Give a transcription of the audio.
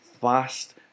fast